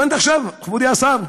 הבנת עכשיו, מכובדי השר?